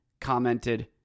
commented